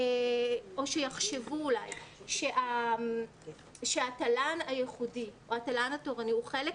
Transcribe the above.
שאולי יחשבו שהתל"ן הייחודי או התל"ן התורני הוא חלק